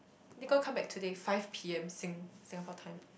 they gonna comeback today five P_M sing Singapore time